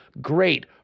Great